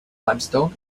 limestone